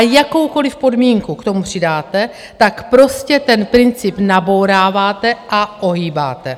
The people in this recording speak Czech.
Jakoukoliv podmínku k tomu přidáte, tak prostě ten princip nabouráváte a ohýbáte.